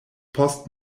post